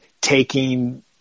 taking